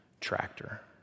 tractor